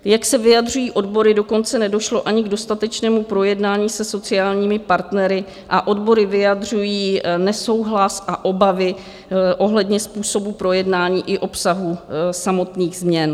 Jak se vyjadřují odbory, dokonce nedošlo ani k dostatečnému projednání se sociálními partnery a odbory vyjadřují nesouhlas a obavy ohledně způsobu projednání i obsahu samotných změn.